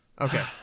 Okay